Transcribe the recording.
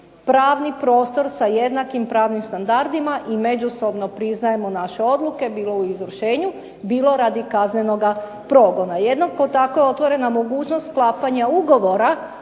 pravni prostor, sa jednakim pravnim standardima i međusobno priznajemo naše odluke, bilo u izvršenju, bilo radi kaznenoga progona. Jednako tako otvorena mogućnost sklapanja ugovora